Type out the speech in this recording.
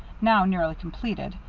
now nearly completed,